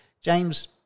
James